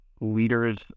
leaders